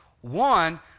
One